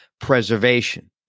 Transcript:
preservation